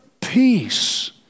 peace